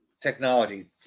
technology